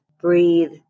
breathe